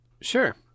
Sure